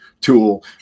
tool